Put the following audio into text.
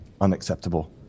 unacceptable